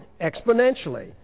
exponentially